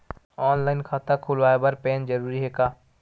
Online खाता खुलवाय बर पैन जरूरी हे का?